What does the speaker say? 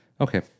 Okay